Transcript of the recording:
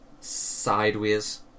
sideways